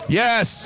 yes